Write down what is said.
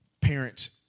Parents